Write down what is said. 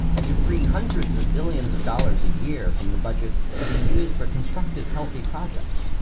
and to free hundreds of billions of dollars a year from the budget to be used for constructive, healthy projects.